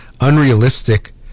unrealistic